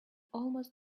almost